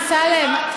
אמסלם,